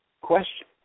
question